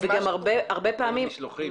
והמשלוחים.